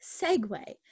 segue